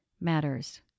matters